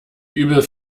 übel